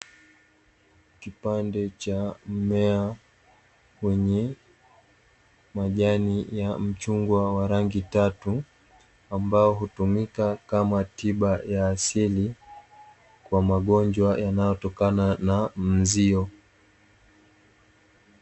Kipande cha mmea wa wenye majani ya mchungwa wenye rangi tatu ambayo hutumika kama tiba ya asili kwa mgonjwa yanayotokana na mzio.